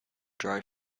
dry